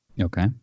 Okay